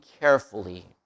carefully